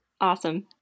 Awesome